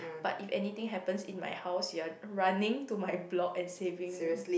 but if anything happens in my house you're running to my block and saving me